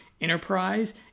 Enterprise